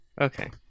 Okay